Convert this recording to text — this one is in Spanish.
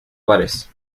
pares